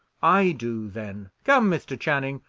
i do, then! come, mr. channing,